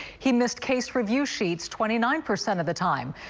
he missed case review sheets twenty nine percent of the time.